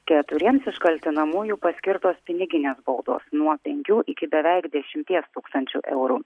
keturiems iš kaltinamųjų paskirtos piniginės baudos nuo penkių iki beveik dešimties tūkstančių eurų